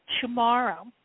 tomorrow